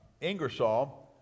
Ingersoll